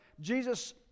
Jesus